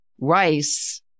rice